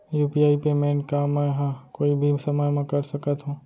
UPI payment का मैं ह कोई भी समय म कर सकत हो?